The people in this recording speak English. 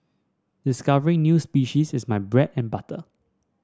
discovering new species is my bread and butter